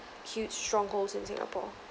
huge strongholds in singapore